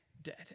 dead